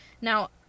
Now